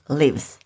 lives